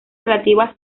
relativa